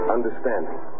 Understanding